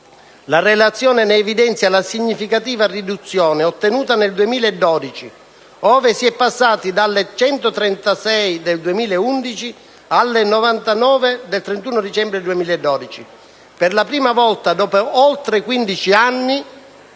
la relazione ne evidenzia la significativa riduzione ottenuta nel 2012, quando si è passati dalle 136 del 2011 alle 99 del 31 dicembre 2012. Per la prima volta dopo oltre 15 anni